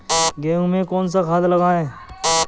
गेहूँ में कौनसी खाद लगाएँ?